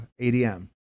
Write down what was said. ADM